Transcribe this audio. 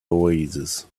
oasis